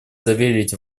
заверить